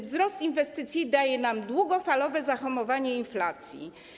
Wzrost inwestycji daje nam długofalowe zahamowanie inflacji.